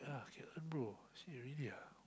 yeah can earn bro I said really ah